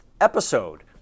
episode